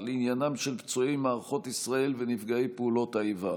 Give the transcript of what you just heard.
לעניינם של פצועי מערכות ישראל ונפגעי פעולות האיבה.